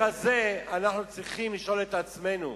השאלה הזאת אנחנו צריכים לשאול את עצמנו: